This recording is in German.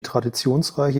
traditionsreiche